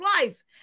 life